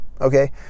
Okay